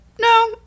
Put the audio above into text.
no